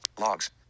logs